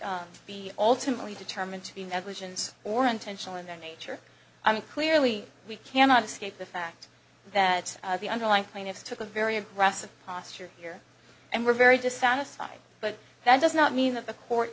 well be alternately determined to be negligence or intentional in their nature i mean clearly we cannot escape the fact that the underlying plaintiffs took a very aggressive posture here and were very dissatisfied but that does not mean that the court